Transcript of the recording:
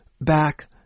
back